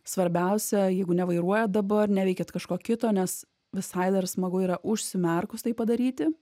svarbiausia jeigu nevairuojat dabar neveikiat kažko kito nes visai dar smagu yra užsimerkus tai padaryti